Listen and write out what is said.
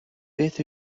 beth